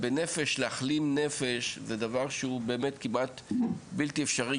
להחלים נפש זה דבר שהוא באמת כמעט בלתי אפשרי.